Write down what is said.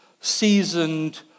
seasoned